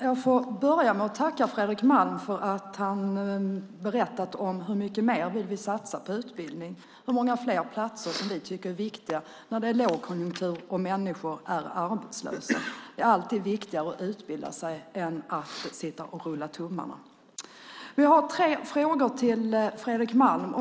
Fru talman! Jag börjar med att tacka Fredrik Malm för att han har berättat om hur mycket mer vi vill satsa på utbildning och hur många fler platser som vi tycker är viktiga när det är lågkonjunktur och människor är arbetslösa. Det är alltid viktigare att utbilda sig än att sitta och rulla tummarna. Jag har några frågor till Fredrik Malm.